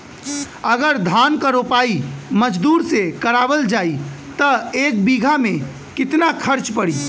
अगर धान क रोपाई मजदूर से करावल जाई त एक बिघा में कितना खर्च पड़ी?